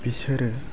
बिसोरो